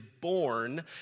born